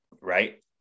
right